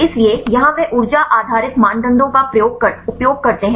इसलिए यहां वे ऊर्जा आधारित मानदंडों का उपयोग करते हैं